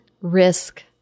risk